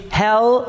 hell